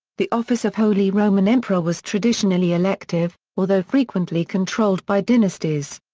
the office of holy roman emperor was traditionally elective, although frequently controlled by dynasties.